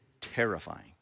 terrifying